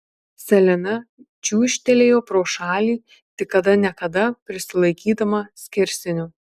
selena čiūžtelėjo pro šalį tik kada ne kada prisilaikydama skersinio